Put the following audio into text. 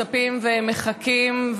מצפים ומחכים.